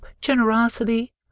generosity